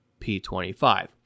p25